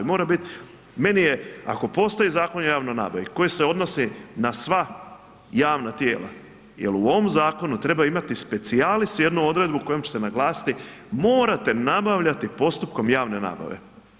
Mora biti, meni je ako postoji Zakon o javnoj nabavi koji se odnosi na sva javna tijela, jel u ovom zakonu treba imati specialis jednu odredbu kojom ćete naglasiti morate nabavljati postupkom javne nabave.